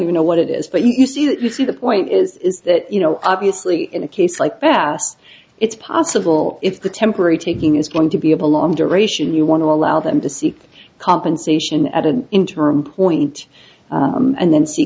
you know what it is but you see that you see the point is is that you know obviously in a case like bass it's possible if the temporary taking is going to be able long duration you want to allow them to seek compensation at an interim point and then s